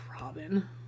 Robin